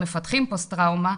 מפתחים פוסט טראומה,